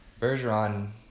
Bergeron